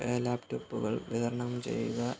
ലാപ്ടോപ്പുകള് വിതരണം ചെയ്യുക